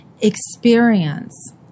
experience